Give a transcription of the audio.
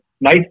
nice